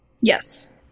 Yes